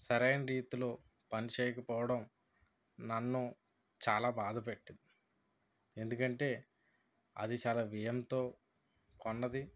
సరైన రీతిలో పనిచేయకపోవడం నన్ను చాలా బాధపెట్టింది ఎందుకంటే అది చాలా వ్యయంతో కొన్నది